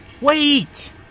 Wait